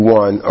one